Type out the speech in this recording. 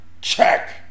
Check